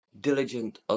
Diligent